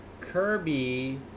Kirby